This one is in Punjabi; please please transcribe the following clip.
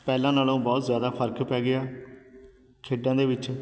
ਪਹਿਲਾਂ ਨਾਲੋਂ ਬਹੁਤ ਜ਼ਿਆਦਾ ਫ਼ਰਕ ਪੈ ਗਿਆ ਖੇਡਾਂ ਦੇ ਵਿੱਚ